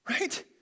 right